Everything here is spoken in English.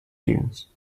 dunes